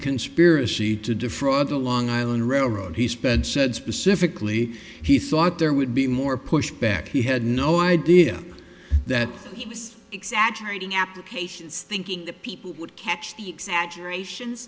conspiracy to defraud the long island railroad he spent said specifically he thought there would be more pushback he had no idea that he was exaggerating applications thinking the people would catch the exaggeration